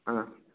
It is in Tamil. ஆ